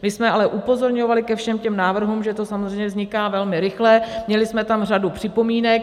My jsme ale upozorňovali ke všem těm návrhům, že to samozřejmě vzniká velmi rychle, měli jsme tam řadu připomínek.